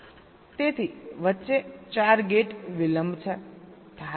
તેથી વચ્ચે 4 ગેટ વિલંબ છે